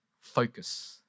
Focus